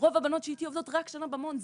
רוב הבנות שאיתי עובדות רק שנה במעון,